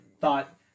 thought